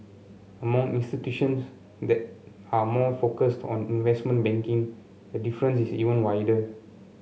among institutions that are more focused on investment banking the difference is even wider